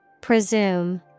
Presume